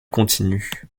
continu